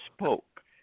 spoke